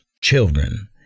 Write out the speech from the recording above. children